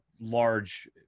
large